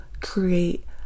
create